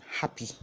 happy